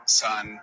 son